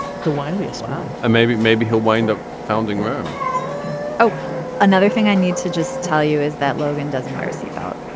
the widely as well and um maybe maybe he'll win the founding room maybe oh another thing i need to just tell you is that logan doesn't wear a seat belt.